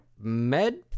med